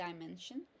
dimension